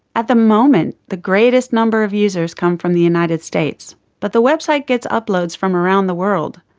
at the moment the greatest number of users come from the united states, but the website gets uploads from around the world,